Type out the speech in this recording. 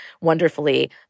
wonderfully